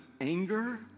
anger